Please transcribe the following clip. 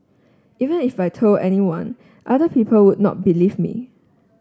even if I told anyone other people would not believe me